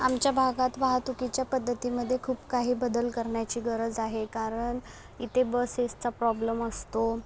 आमच्या भागात वाहतुकीच्या पद्धतीमध्ये खूप काही बदल करण्याची गरज आहे कारण इथे बसेसचा प्रॉब्लेम असतो